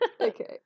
Okay